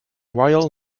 royal